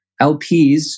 LPs